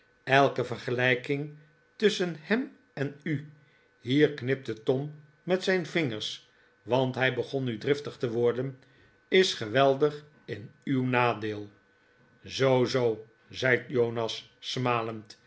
elke vergelijking tusschen hem en u hier knipte tom met zijn vingers want hij begon nu driftig te worden is geweldig in uw nadeel zoo zoo zei jonas smalend